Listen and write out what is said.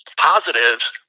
positives